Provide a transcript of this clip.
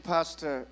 Pastor